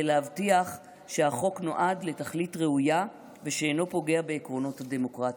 להבטיח שהחוק נועד לתכלית ראויה ושאינו פוגע בעקרונות הדמוקרטיה.